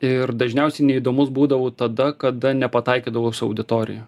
ir dažniausiai neįdomus būdavau tada kada nepataikydavau su auditorija